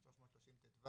תודה.